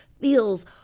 feels